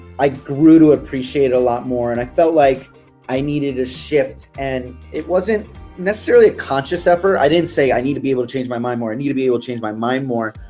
i grew to appreciate it a lot more. and i felt like i needed a shift and it wasn't necessarily a conscious effort. i didn't say i need to be able to change my mind more. i need to be able to change my mind more.